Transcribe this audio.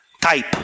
type